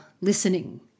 listening